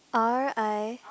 R_I